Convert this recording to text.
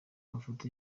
amafoto